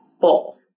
full